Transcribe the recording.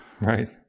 Right